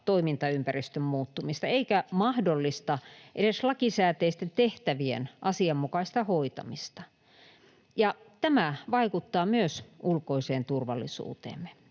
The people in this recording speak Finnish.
toimintaympäristön muuttumista eikä mahdollista edes lakisääteisten tehtävien asianmukaista hoitamista. Tämä vaikuttaa myös ulkoiseen turvallisuuteemme.